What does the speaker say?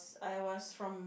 I was from